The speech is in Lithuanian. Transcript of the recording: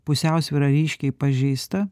pusiausvyra ryškiai pažeista